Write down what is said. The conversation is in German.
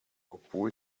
obwohl